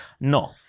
No